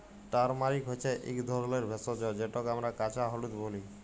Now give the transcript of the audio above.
turmeric হছে ইক ধরলের ভেষজ যেটকে আমরা কাঁচা হলুদ ব্যলি